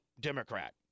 Democrat